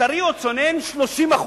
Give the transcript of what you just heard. טרי או צונן, 30%,